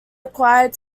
required